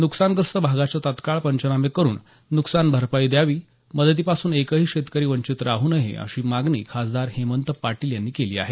नुकसानग्रस्त भागाचे तात्काळ पंचनामे करून नुकसान भरपाई द्यावी मदतीपासून एकही शेतकरी वंचित राह नये अशी मागणी खासदार हेमंत पाटील यांनी केली आहे